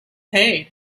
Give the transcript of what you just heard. paid